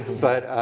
but,